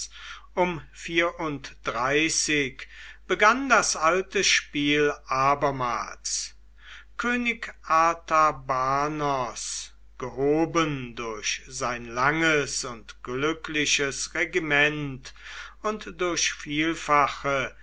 um vier begann das alte spiel abermals könig artabanos gehoben durch sein langes und glückliches regiment und durch vielfache